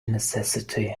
necessity